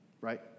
right